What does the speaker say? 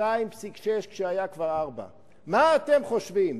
2.6 כשהיה כבר 4. מה אתם חושבים?